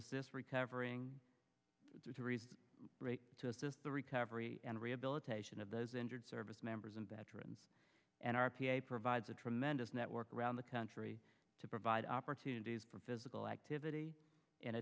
reason to assist the recovery and rehabilitation of those injured service members and veterans and r p i provides a tremendous network around the country to provide opportunities for physical activity in